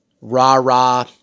rah-rah